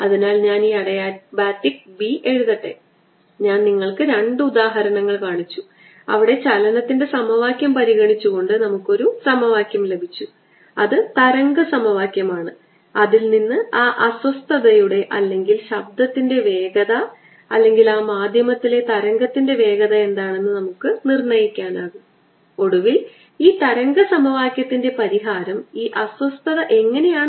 അതിനാൽ ഈ ഷെല്ലിലൂടെയുള്ള flux minus 4 pi C lambda e raise to minus lambda R D R ഇത് charge epsilon 0 കൊണ്ട് ഹരിക്കേണ്ടതാണ്